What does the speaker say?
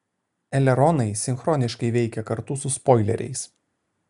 eleronai sinchroniškai veikia kartu su spoileriais